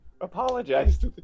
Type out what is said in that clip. apologize